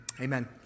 Amen